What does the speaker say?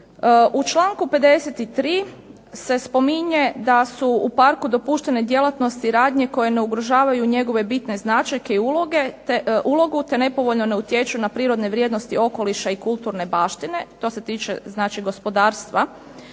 U čl. 53. se spominje da su u Parku dopuštene djelatnosti i radnje koje ne ugrožavaju njegove bitne značajke i ulogu te nepovoljno ne utječu na prirodne vrijednosti okoliša i kulturne baštine, to se tiče znači gospodarstva.